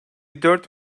dört